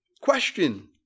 Question